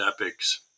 epics